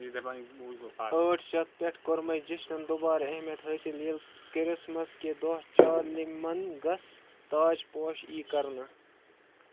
ٲٹھ شیٚتھ پٮ۪ٹھ کور أمۍ جیٚشنن دُبارٕ اہمِیت حٲصِل ییٚلہِ کِرٛسمس کہِ دۄہ چارلمیگنس تاج پوٗش یی کرنہٕ